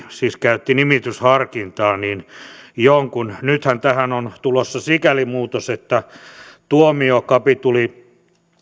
siis käytti nimitysharkintaa nythän tähän on tulossa sikäli muutos että tuomiokapituli